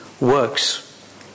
works